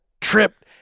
tripped